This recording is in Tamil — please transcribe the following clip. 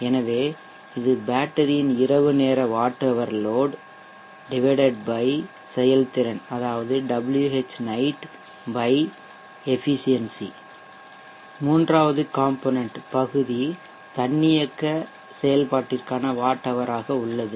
எனவே இது பேட்டரியின் இரவு நேர வாட் ஹவர் லோட் செயல்திறன் அதாவது மூன்றாவது காம்பொனென்ட்பகுதி தன்னியக்க செயல்பாட்டிற்கான வாட் ஹவர் ஆக உள்ளது